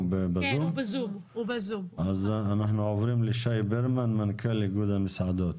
אנחנו עוברים לשי ברמן, מנכ"ל איגוד המסעדות.